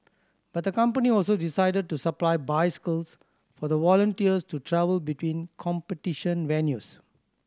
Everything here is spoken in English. but the company also decided to supply bicycles for the volunteers to travel between competition venues